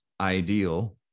ideal